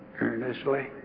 earnestly